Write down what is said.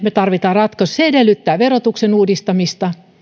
me tarvitsemme ratkaisun se edellyttää verotuksen uudistamista ja